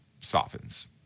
softens